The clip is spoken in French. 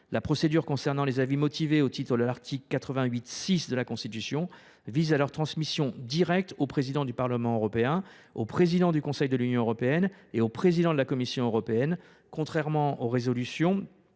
La procédure concernant les avis motivés au titre de l’article 88 6 de la Constitution vise à ce que ceux ci soient transmis directement au président du Parlement européen, au président du Conseil de l’Union européenne et au président de la Commission européenne, contrairement aux résolutions